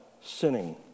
sinning